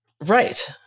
Right